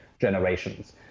generations